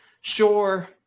sure